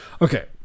okay